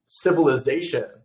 civilization